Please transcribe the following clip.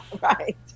Right